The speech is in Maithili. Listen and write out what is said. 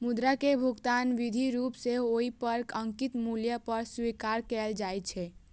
मुद्रा कें भुगतान विधिक रूप मे ओइ पर अंकित मूल्य पर स्वीकार कैल जाइ छै